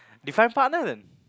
define partner then